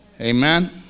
amen